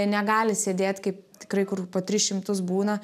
negali sėdėt kaip tikrai kur po tris šimtus būna